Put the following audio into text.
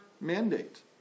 mandate